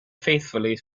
faithfully